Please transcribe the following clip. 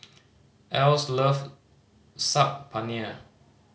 Else love Saag Paneer